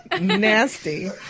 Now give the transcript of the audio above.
Nasty